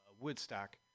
Woodstock